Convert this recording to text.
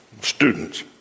students